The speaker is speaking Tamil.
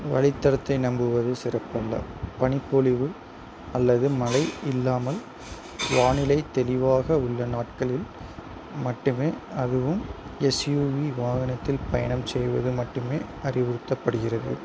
வழித்தடத்தை நம்புவது சிறப்பல்ல பனிப்பொழிவு அல்லது மழை இல்லாமல் வானிலை தெளிவாக உள்ள நாட்களில் மட்டுமே அதுவும் எஸ்யுவி வாகனத்தில் பயணம் செய்வது மட்டுமே அறிவுறுத்தப்படுகிறது